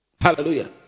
hallelujah